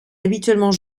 habituellement